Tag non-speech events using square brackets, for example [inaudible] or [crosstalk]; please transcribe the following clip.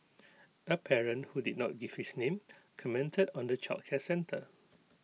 [noise] A parent who did not give his name [noise] commented on the childcare centre